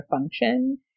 function